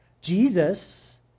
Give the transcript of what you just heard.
Jesus